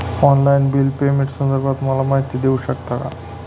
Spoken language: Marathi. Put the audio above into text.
ऑनलाईन बिल पेमेंटसंदर्भात मला माहिती देऊ शकतात का?